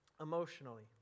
emotionally